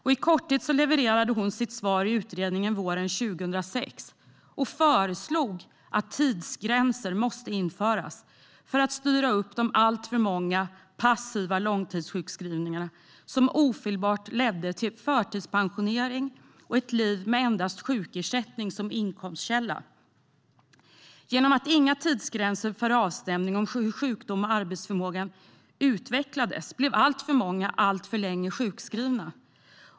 I korthet levererade hon sitt svar i utredningen våren 2006 och föreslog att tidsgränser måste införas för att styra upp de alltför många passiva långtidssjukskrivningarna, som ofelbart ledde till förtidspensionering och ett liv med endast sjukersättning som inkomstkälla. Genom att inga tidsgränser fanns för avstämning om hur sjukdom och arbetsförmåga utvecklades blev alltför många sjukskrivna alltför länge.